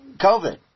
COVID